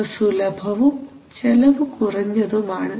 ഇവ സുലഭവും ചെലവ് കുറഞ്ഞതുമാണ്